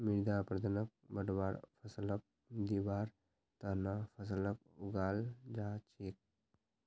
मृदा अपरदनक बढ़वार फ़सलक दिबार त न फसलक उगाल जा छेक